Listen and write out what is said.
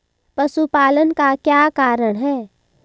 पशुपालन का क्या कारण है?